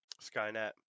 Skynet